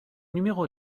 numéro